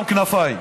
גם כנפיים.